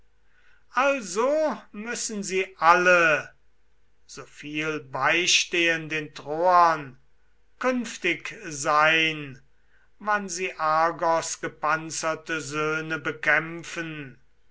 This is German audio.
also müssen sie alle so viel beistehen den troern künftig sein wann sie argos gepanzerte söhne bekämpfen